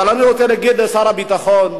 אבל אני רוצה להגיד לשר הביטחון,